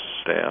staff